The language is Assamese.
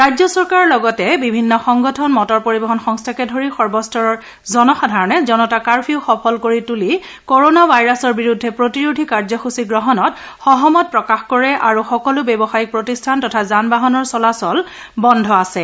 ৰাজ্য চৰকাৰৰ লগতে বিভিন্ন সংগঠন মটৰ পৰিবহণ সংস্থাকে ধৰি সৰ্বস্তৰৰ জনসাধাৰণে জনতা কাৰ্ফিউ সফল কৰি তুলি কৰণা ভাইৰাছৰ বিৰুদ্ধে প্ৰতিৰোধী কাৰ্যসূচী গ্ৰহণত সহমত প্ৰকাশ কৰে আৰু সকলো ব্যৱসায়িক প্ৰতিষ্ঠান তথা যান বাহনৰ চলাচল বন্ধ থাকে